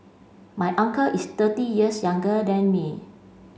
my uncle is thirty years younger than me